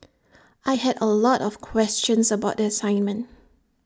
I had A lot of questions about the assignment